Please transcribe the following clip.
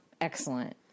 excellent